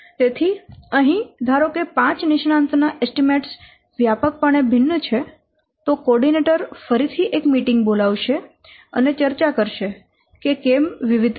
તેથી અહીં જો ધારો કે પાંચ નિષ્ણાંતો ના એસ્ટીમેટ્સ વ્યાપકપણે ભિન્ન છે તો કોઓર્ડિનેટર ફરીથી એક મીટિંગ બોલાવશે અને ચર્ચા કરશે કે કેમ વિવિધતા છે